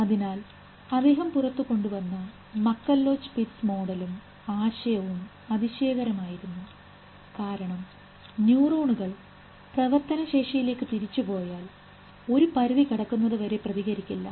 അതിനാൽ അദ്ദേഹം പുറത്തുകൊണ്ടുവന്ന മക്കല്ലോച്ച് പിറ്റ്സ് മോഡലും ആശയവും അതിശയകരമായിരുന്നു കാരണം ന്യൂറോണുകൾ പ്രവർത്തന ശേഷിയിലേക്ക് തിരിച്ചുപോയാൽ ഒരു പരിധി കടക്കുന്നതുവരെ പ്രതികരിക്കില്ല